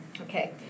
Okay